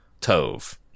Tove